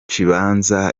kibanza